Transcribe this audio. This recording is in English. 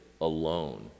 alone